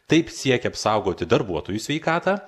taip siekia apsaugoti darbuotojų sveikatą